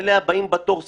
הבאים בתור סטטיסטית,